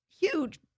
huge